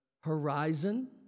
horizon